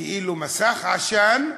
כאילו מסך עשן,